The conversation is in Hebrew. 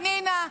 פנינה,